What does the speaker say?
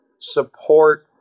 support